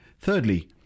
Thirdly